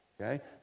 okay